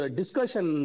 discussion